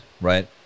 right